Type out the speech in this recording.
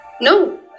No